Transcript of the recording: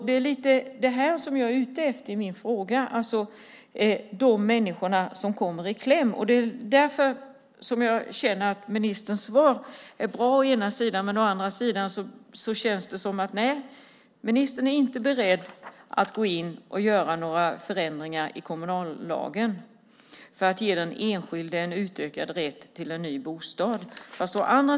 Det är lite det som jag är ute efter i min fråga: Dessa människor kommer i kläm, och det är därför jag känner att ministerns svar å ena sidan är bra. Å andra sidan känns det som om ministern inte är beredd att gå in och göra några förändringar i kommunallagen för att ge den enskilde en utökad rätt till en ny bostad.